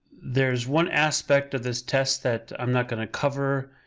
there's one aspect of this test that i'm not gonna cover,